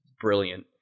brilliant